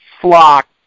flock